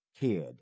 kid